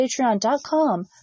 patreon.com